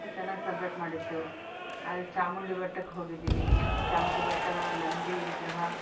ಚೆನ್ನಾಗಿ ಸೆಲೆಬ್ರೇಟ್ ಮಾಡಿತ್ತು ಆದೇ ಚಾಮುಂಡಿ ಬೆಟ್ಟಕ್ಕೆ ಹೋಗಿದ್ದೀವಿ ಚಾಮುಂಡಿ ಬೆಟ್ಟ ನಂದಿ ವಿಗ್ರಹ